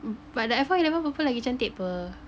but the Iphone eleven purple lagi cantik [pe]